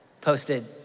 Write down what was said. posted